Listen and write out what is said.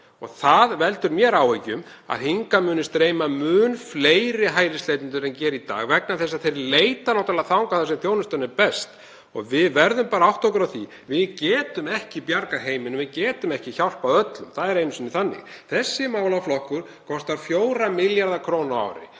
Það veldur mér áhyggjum af því að hingað muni streyma mun fleiri hælisleitendur en gera í dag vegna þess að þeir leita náttúrlega þangað þar sem þjónustan er best. Við verðum bara að átta okkur á því að við getum ekki bjargað heiminum. Við getum ekki hjálpað öllum, það er nú einu sinni þannig. Þessi málaflokkur kostar 4 milljarða kr. á ári